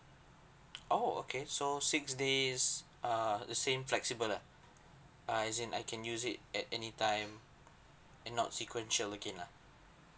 oh okay so six days err the same flexible ah ah as in I can use it at any time and not sequential again lah